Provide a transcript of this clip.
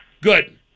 Good